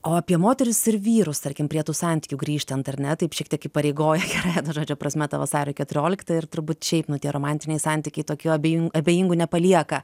o apie moteris ir vyrus tarkim prie tų santykių grįžtant ar ne taip šiek tiek įpareigoja gerąja to žodžio prasme ta vasario keturiolikta ir turbūt šiaip nu tie romantiniai santykiai tokių abejin abejingų nepalieka